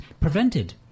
prevented